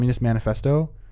Manifesto